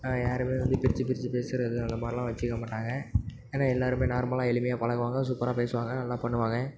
யாருமே வந்து பிரித்து பிரித்து பேசுவது அந்த மாதிரியெலாம் வைச்சுக்க மாட்டாங்க ஏன்னால் எல்லாேருமே நார்மலாக எளிமையா பழகுவாங்க சூப்பராக பேசுவாங்க நல்லா பண்ணுவாங்க